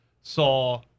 saw